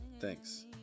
Thanks